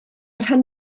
rhan